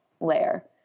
layer